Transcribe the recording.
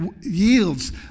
yields